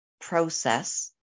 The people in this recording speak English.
process